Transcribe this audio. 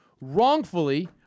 wrongfully